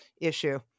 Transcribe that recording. issue